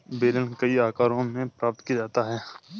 बेलन कई आकारों में प्राप्त किया जाता है